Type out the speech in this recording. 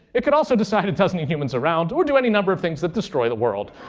it could also decide it doesn't need humans around or do any number of things that destroy the world.